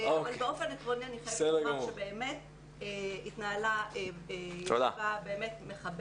אבל באופן עקרוני אני חייבת לומר שהתנהלה ישיבה מכבדת,